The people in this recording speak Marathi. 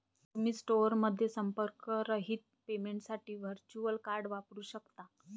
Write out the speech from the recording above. तुम्ही स्टोअरमध्ये संपर्करहित पेमेंटसाठी व्हर्च्युअल कार्ड वापरू शकता